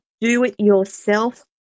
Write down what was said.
do-it-yourself